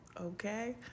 okay